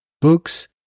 books